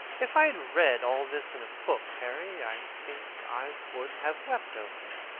if i had read all this in a book, harry, i think i would have wept over it.